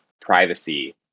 privacy